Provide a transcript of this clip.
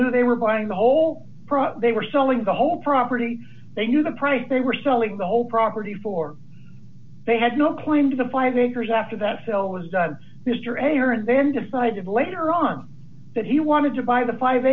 knew they were buying the whole they were selling the whole property they knew the price they were selling the whole property for they had no claim to the five acres after that sell mr air and then decided later on that he wanted to buy the five